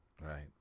Right